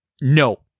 No